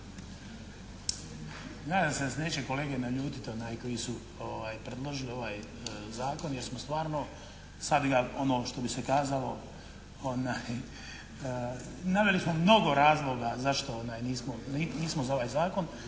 da se neće kolege naljutiti, koji su predložili ovaj zakon jer smo stvarno sad ga ono što bi se kazalo, naveli smo mnogo razloga zašto nismo za ovaj zakon.